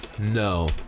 No